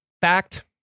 fact